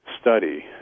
study